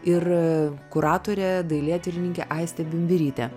ir kuratorė dailėtyrininkė aistė bimbirytė